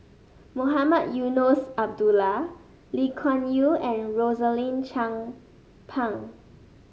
Mohamed Eunos Abdullah Lee Kuan Yew and Rosaline Chan Pang